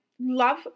love